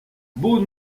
beau